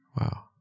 Wow